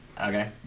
Okay